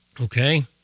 Okay